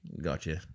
Gotcha